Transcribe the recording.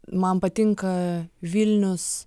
man patinka vilnius